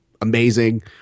amazing